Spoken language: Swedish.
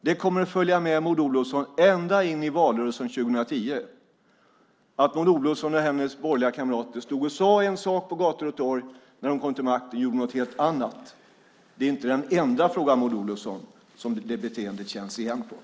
Det kommer att följa med Maud Olofsson ända in i valrörelsen 2010 att Maud Olofsson och hennes borgerliga kamrater stod och sade en sak på gator och torg och när de kom till makten gjorde något helt annat. Det är inte den enda fråga, Maud Olofsson, där vi ser detta beteende.